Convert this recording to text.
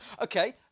Okay